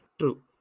True